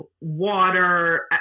water